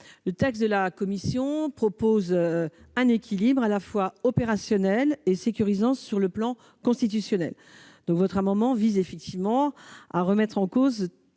Le texte de la commission garantit un équilibre à la fois opérationnel et sécurisant sur le plan constitutionnel. Or votre amendement tend à remettre en cause